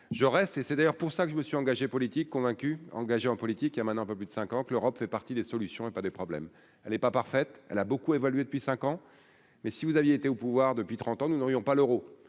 je reste, et c'est d'ailleurs pour ça que je me suis engagé politique convaincus engagé en politique, il a maintenant un peu plus de 5 ans que l'Europe fait partie des solutions et pas des problèmes, elle est pas parfaite, elle a beaucoup évolué depuis 5 ans, mais si vous aviez été au pouvoir depuis 30 ans, nous n'aurions pas l'Euro,